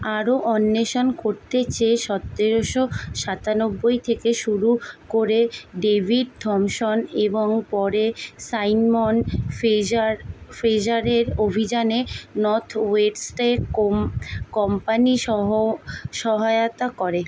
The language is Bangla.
আরও অন্বেষণ করতে চেয়ে সতেরোশো সাতানব্বই থেকে শুরু করে ডেভিড থম্পসন এবং পরে সাইমন্ড ফেজার ফেজারের অভিযানে নর্থ ওয়েটস্টে কোম কম্পানি সহ সহায়তা করে